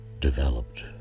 developed